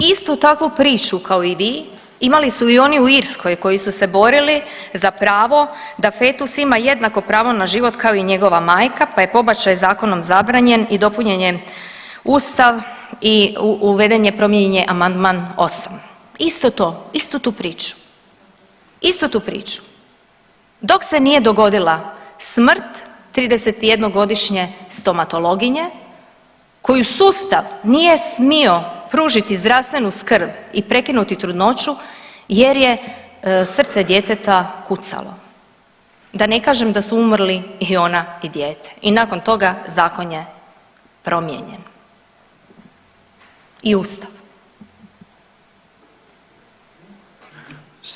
Vidite, istu takvu priču kao i vi imali su i oni u Irskoj koji su se borili za pravo da fetus ima jednako pravo na život kao i njegova majka, pa je pobačaj zakonom zabranjen i dopunjen je Ustav i uveden je i promijenjen je amandman 8., isto to, istu tu priču, istu tu priču dok se nije dogodila smrt 31-godišnje stomatologinje koju sustav nije smio pružiti zdravstvenu skrb i prekinuti trudnoću jer je srce djeteta kucalo, da ne kažem da su umrli i ona i dijete i nakon toga zakon je promijenjen i ustav.